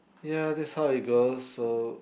ya that's how it goes so